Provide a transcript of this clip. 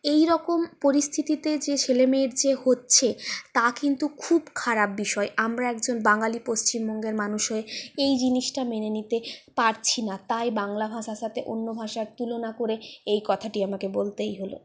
এইরকম পরিস্থিতিতে যে ছেলেমেয়ের যে হচ্ছে তা কিন্তু খুব খারাপ বিষয় আমরা একজন বাঙালি পশ্চিমবঙ্গের মানুষ হয়ে এই জিনিসটা মেনে নিতে পারছি না তাই বাংলা ভাষার সাথে অন্য ভাষার তুলনা করে এই কথাটি আমাকে বলতেই হল